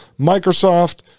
Microsoft